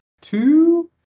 two